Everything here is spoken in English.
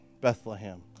Bethlehem